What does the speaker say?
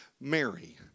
Mary